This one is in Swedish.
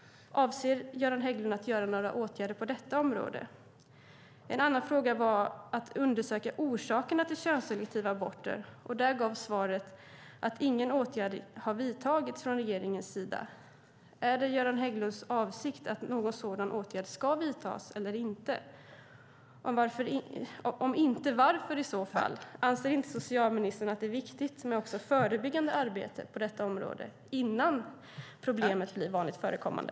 Avser Göran Hägglund att vidta några åtgärder på detta område? En annan fråga var att undersöka orsakerna till könsselektiva aborter. Där gavs svaret att ingen åtgärd har vidtagits från regeringens sida. Är det Göran Hägglunds avsikt att någon sådan åtgärd ska vidtas eller inte? Om inte - varför? Anser inte socialministern att det är viktigt också med förebyggande arbete på detta område, innan problemet blir vanligt förekommande?